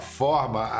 forma